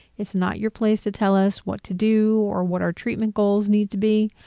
it's not your place to tell us what to do or what our treatment goals need to be.